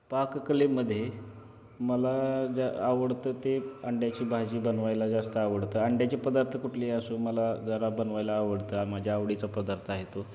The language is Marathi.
पाककलेमध्ये मला ज्या आवडतं ते अंड्याची भाजी बनवायला जास्त आवडतं अंड्याचे पदार्थ कुठलेही असो मला जरा बनवायला आवडतं माझ्या आवडीचा पदार्थ आहे तो